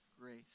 grace